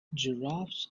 giraffes